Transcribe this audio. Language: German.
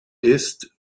ist